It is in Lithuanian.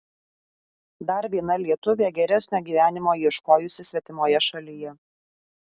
dar viena lietuvė geresnio gyvenimo ieškojusi svetimoje šalyje